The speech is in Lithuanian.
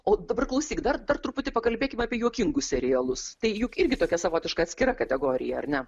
o dabar klausyk dar dar truputį pakalbėkim apie juokingus serialus tai juk irgi tokia savotiška atskira kategorija ar ne